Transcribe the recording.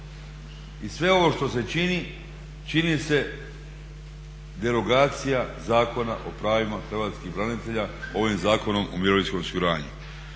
I sve ovo što se čini, čini se derogacija Zakona o pravima hrvatskih braniteljima ovim Zakonom o mirovinskom osiguranju.